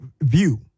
view